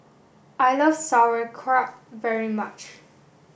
I love Sauerkraut very much